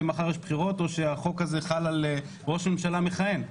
מחר יש בחירות או שהחוק הזה חל על ראש הממשלה מכהן.